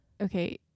okay